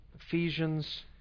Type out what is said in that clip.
Ephesians